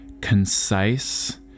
concise